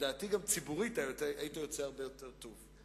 גם ציבורית היית יוצא הרבה יותר טוב.